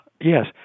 yes